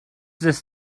this